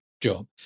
job